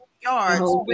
yards